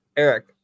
Eric